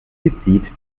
explizit